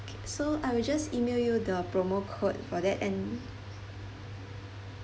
K so I will just email you the promo code for that and